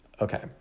okay